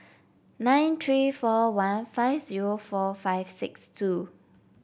nine three four one five zero four five six two